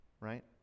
right